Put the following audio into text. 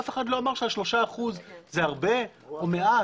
אף אחד לא אמר שה-3% זה הרבה או מעט.